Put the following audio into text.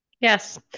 Yes